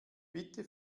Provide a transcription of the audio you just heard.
bitte